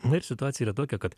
na ir situacija yra tokia kad